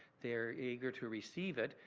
they are eager to receive it,